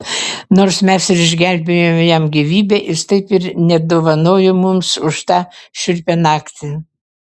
nors mes ir išgelbėjome jam gyvybę jis taip ir nedovanojo mums už tą šiurpią naktį